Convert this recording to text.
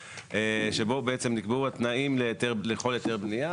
שבו בעצם נקבעו התנאים לכל היתר בנייה.